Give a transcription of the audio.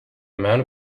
amount